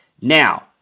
now